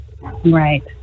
right